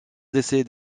d’essayer